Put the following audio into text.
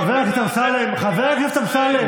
חבר הכנסת אמסלם,